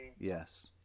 Yes